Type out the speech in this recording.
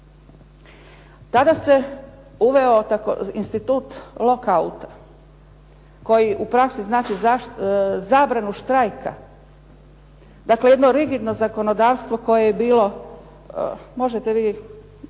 Tada se uveo institut lock outa, koji u praksi znači zabranu štrajka. Dakle jedno rigidno zakonodavstvo koje je bilo, možete vi